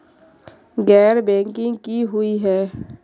गैर बैंकिंग की हुई है?